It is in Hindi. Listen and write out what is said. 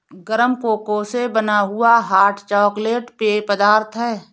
गरम कोको से बना हुआ हॉट चॉकलेट पेय पदार्थ है